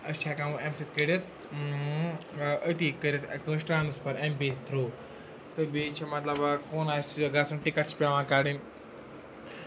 أسۍ چھِ ہیٚکان وۄنۍ اَمہِ سۭتۍ کٔڑِتھ أتی کٔرِتھ کٲنٛسہِ ٹرٛانَسفَر اٮ۪م پے تھرٛوٗ تہٕ بیٚیہِ چھِ مطلب اگر کُن آسہِ گژھُن ٹِکَٹ چھِ پیٚوان کَڑٕنۍ